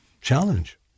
challenge